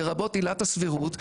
לרבות עילת הסבירות,